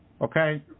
Okay